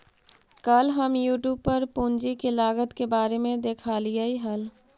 कल हम यूट्यूब पर पूंजी के लागत के बारे में देखालियइ हल